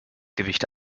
gewicht